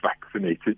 vaccinated